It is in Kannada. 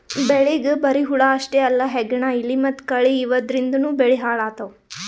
ಬೆಳಿಗ್ ಬರಿ ಹುಳ ಅಷ್ಟೇ ಅಲ್ಲ ಹೆಗ್ಗಣ, ಇಲಿ ಮತ್ತ್ ಕಳಿ ಇವದ್ರಿಂದನೂ ಬೆಳಿ ಹಾಳ್ ಆತವ್